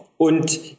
Und